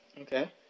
okay